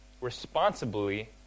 responsibly